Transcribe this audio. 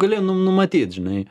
gali nu numatyt žinai